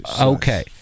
okay